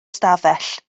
stafell